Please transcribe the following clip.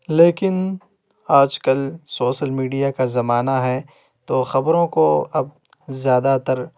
لیکن آج کل سوشل میڈیا کا زمانہ ہے تو خبروں کو اب زیادہ تر